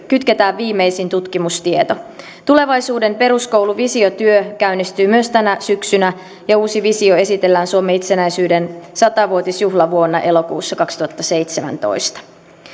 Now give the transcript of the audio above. kytketään viimeisin tutkimustieto tulevaisuuden peruskoulu visiotyö käynnistyy myös tänä syksynä ja uusi visio esitellään suomen itsenäisyyden satavuotisjuhlavuonna elokuussa kaksituhattaseitsemäntoista